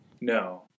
No